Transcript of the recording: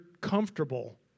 comfortable